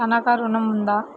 తనఖా ఋణం ఉందా?